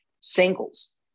singles